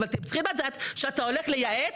אבל אתה צריך לדעת שכשאתה הולך לייעץ,